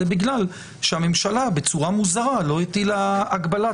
זה בגלל שהממשלה בצורה מוזרה לא הטילה הגבלת